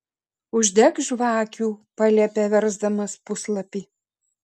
uždek žvakių paliepė versdamas puslapį